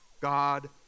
God